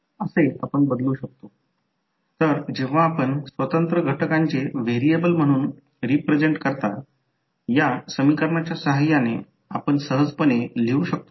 तर त्या बाबतीत हे एक i1 L1 लिहू शकतो तेथे हे L1 इंडक्टर आहे किंवा लिहू शकतो किंवा जर तो रिअॅक्टन्स असेल तर j L1 लिहू शकतो हे देखील jL2 लिहू शकतो